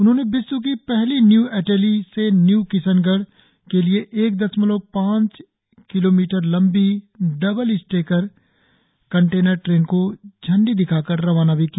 उन्होंने विश्व की पहली न्यू अटेली से न्यू किशनगढ़ के लिए एक दशमलव पांच किलोमीटर लंबी डबल स्टैक कंटेनर ट्रेन को झंडी दिखाकर रवाना भी किया